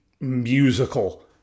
musical